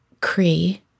Cree